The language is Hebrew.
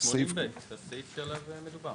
זה הסעיף שעליו מדובר.